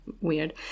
weird